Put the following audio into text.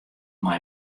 mei